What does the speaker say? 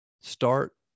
start